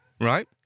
right